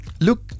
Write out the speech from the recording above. Look